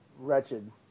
wretched